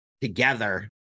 together